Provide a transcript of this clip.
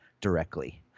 directly